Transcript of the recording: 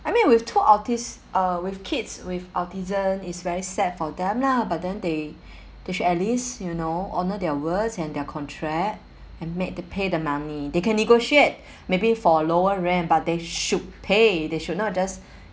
I mean with two autis~ uh with kids with autism it's very sad for them lah but then they they should at least you know honour their words and their contract and made to pay the money they can negotiate maybe for lower rent but they should pay they should not just